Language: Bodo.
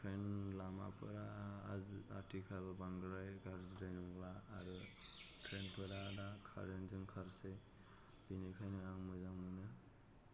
दा लामाफोरा आथिखाल बांद्राय गाज्रिद्राय नंला आरो ट्रेनफोरा दा कारेन्टजों खारसै बिनिखायनो आं मोजां मोनो